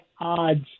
odds